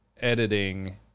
editing